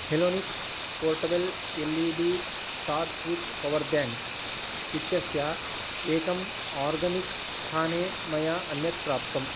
Halonix portable L E D torch with power bank इत्यस्य एकम् organic स्थाने मया अन्यत् प्राप्तम्